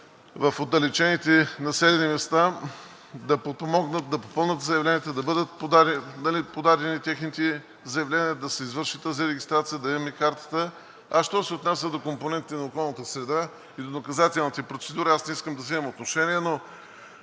в отдалечените населени места, да попълнят заявленията, да бъдат подадени техните заявления, да се извърши тази регистрация, да имаме картата. А що се отнася до компонентите на околната среда и за наказателните процедури, аз не искам да взимам отношение, но